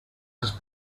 has